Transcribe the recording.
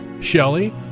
Shelley